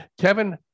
Kevin